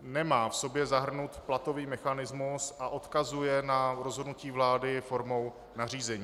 nemá v sobě zahrnut platový mechanismus a odkazuje na rozhodnutí vlády formou nařízení.